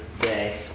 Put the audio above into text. day